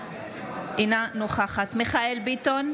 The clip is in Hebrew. אינה נוכחת מיכאל מרדכי ביטון,